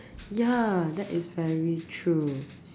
ya that is very true